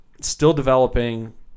still-developing